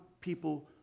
people